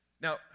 now